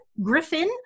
Griffin